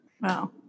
Wow